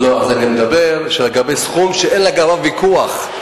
לא, אני מדבר לגבי סכום שאין לגביו ויכוח.